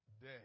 day